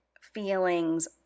feelings